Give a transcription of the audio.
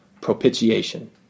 propitiation